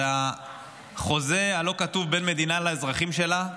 זה החוזה הלא-כתוב בין מדינה לאזרחים שלה,